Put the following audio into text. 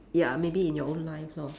ya maybe in your own life lor